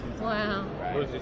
Wow